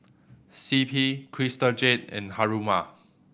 C P Crystal Jade and Haruma